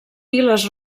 piles